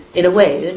in a way,